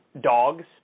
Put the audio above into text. dogs